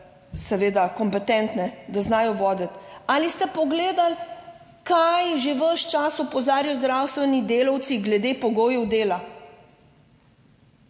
kompetentne, da znajo voditi? Ali ste pogledali, kaj že ves čas opozarjajo zdravstveni delavci glede pogojev dela?